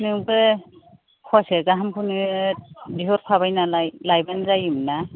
नोंबो फवासे गाहामखौनो बिहरफाबाय नालाय लायबानो जायमोनना